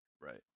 Right